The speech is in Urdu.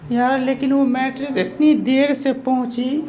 یار لیکن وہ میٹرس اتنی دیر سے پہنچی